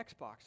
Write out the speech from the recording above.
Xbox